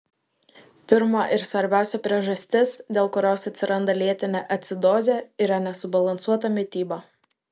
pirma ir svarbiausia priežastis dėl kurios atsiranda lėtinė acidozė yra nesubalansuota mityba